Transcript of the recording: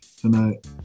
tonight